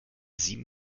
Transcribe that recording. sieben